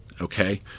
okay